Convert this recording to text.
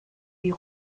die